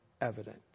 evident